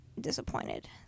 disappointed